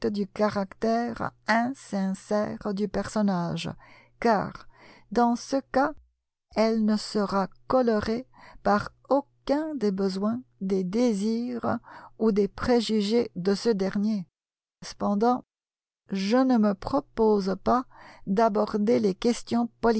du caractère insincère du personnage car dans ce cas elle ne sera colorée par aucun des besoins des désirs ou des préjugés de ce dernier cependant je ne me propose pas d'aborder les questions